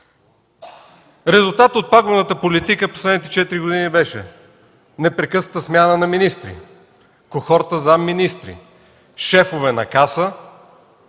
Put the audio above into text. Резултатът от пагубната политика в последните 4 години беше непрекъсната смяна на министри, кохорта заместник-министри, шефове на Касата,